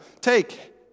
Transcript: Take